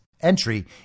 entry